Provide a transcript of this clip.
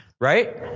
Right